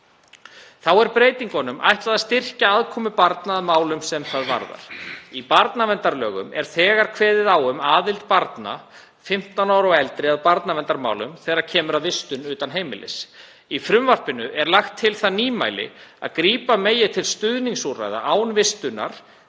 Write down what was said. Þá er breytingunum ætlað að styrkja aðkomu barna að málum sem þau varða. Í barnaverndarlögum er þegar kveðið á um aðild barna, 15 ára og eldri, að barnaverndarmálum þegar kemur að vistun utan heimilis. Í frumvarpinu er lagt til það nýmæli að grípa megi til stuðningsúrræða án vistunar